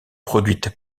produite